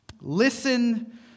listen